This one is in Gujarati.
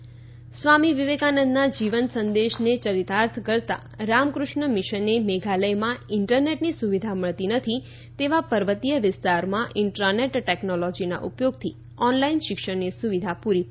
રામકૃષ્ણ મિશન સ્વામી વિવેકાનંદના જીવન સંદેશને ચરિતાર્થ કરતા રામકૃષ્ણ મિશને મેઘાલયમાં ઇન્ટરનેટની સુવિધા મળતી નથી તેવા પર્વતીય વિસ્તારમાં ઇન્ટ્ર નેટ ટેકનોલોજીના ઉપયોગથી ઓનલાઇન શિક્ષણની સુવિધા પૂરી પાડી છે